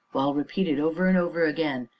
while repeated over and over again,